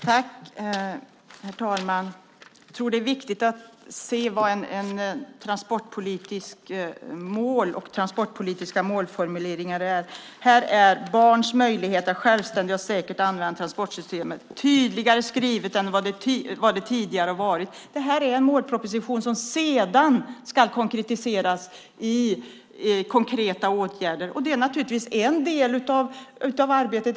Herr talman! Jag tror att det är viktigt att se vad transportpolitiska mål och transportpolitiska målformuleringar innebär. Här skrivs det tydligare om barns möjligheter att självständigt och säkert använda transportsystemet än som tidigare varit fallet. Denna målproposition ska sedan konkretiseras i form av åtgärder. Det är naturligtvis en del av arbetet.